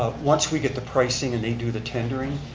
ah once we get the pricing and they do the tendering,